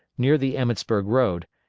near the emmetsburg road,